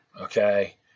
okay